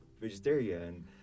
vegetarian